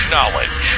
Knowledge